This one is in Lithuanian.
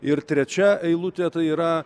ir trečia eilutė tai yra